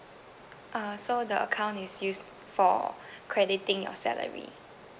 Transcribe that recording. uh so the account is used for crediting your salary